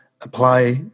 apply